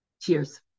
Cheers